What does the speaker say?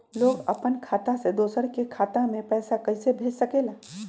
लोग अपन खाता से दोसर के खाता में पैसा कइसे भेज सकेला?